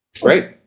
Great